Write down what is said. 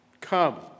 Come